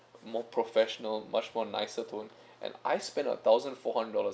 more professional much more nicer tone and I spent a thousand four hundred dollars